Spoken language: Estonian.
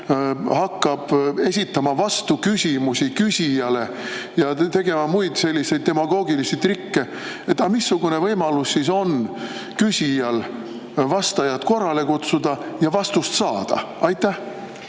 küsijale vastuküsimusi esitama ja tegema muid selliseid demagoogilisi trikke, missugune võimalus siis on küsijal vastajat korrale kutsuda ja vastus saada? Aitäh,